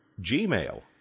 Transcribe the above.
Gmail